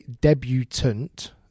debutant